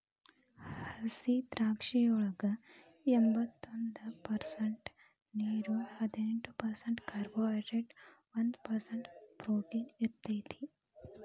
ಹಸಿದ್ರಾಕ್ಷಿಯೊಳಗ ಎಂಬತ್ತೊಂದ ಪರ್ಸೆಂಟ್ ನೇರು, ಹದಿನೆಂಟ್ ಪರ್ಸೆಂಟ್ ಕಾರ್ಬೋಹೈಡ್ರೇಟ್ ಒಂದ್ ಪರ್ಸೆಂಟ್ ಪ್ರೊಟೇನ್ ಇರತೇತಿ